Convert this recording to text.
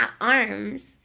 arms